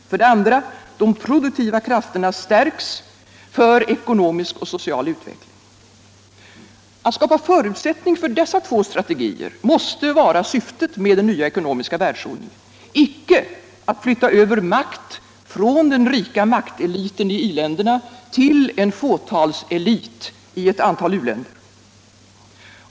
För det andra: De produktiva krafterna stärks för ekonomisk och social utveckling. Att skapa förutsättningar för dessa två strategier måste vara syftet med den nya ekonomiska världsordningen, icke alt flytta över makt från den rika makteliten i industriländerna till en fåtalselit i ett antal u-länder.